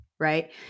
Right